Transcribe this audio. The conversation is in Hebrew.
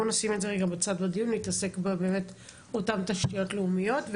בואו נשים את זה רגע בצד בדיון ונתעסק באמת באותן תשתיות לאומיות,